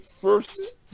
first